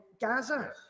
Gaza